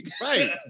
right